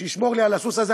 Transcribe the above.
שישמור לי על הסוס הזה.